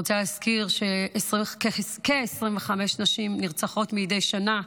אני רוצה להזכיר שכ-25 נשים נרצחות מדי שנה,